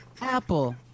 Apple